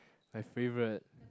my favourite